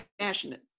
passionate